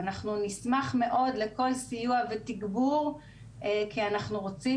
ואנחנו נשמח לכל סיוע ותגבור כי אנחנו רוצים